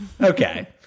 Okay